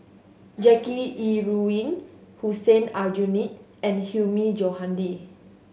Jackie Yi Ru Ying Hussein Aljunied and Hilmi Johandi